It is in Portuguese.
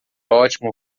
ótimo